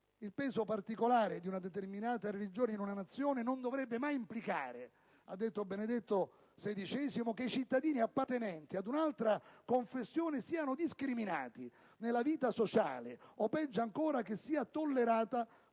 «Il peso particolare di una determinata religione in una nazione non dovrebbe mai implicare» ha detto Benedetto XVI «che i cittadini appartenenti ad un'altra confessione siano discriminati nella vita sociale o, peggio ancora, che sia tollerata